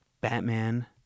Batman